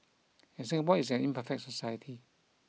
and Singapore is an imperfect society